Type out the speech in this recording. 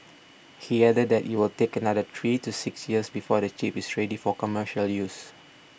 he added that it will take another three to six years before the chip is ready for commercial use